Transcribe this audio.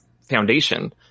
foundation